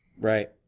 right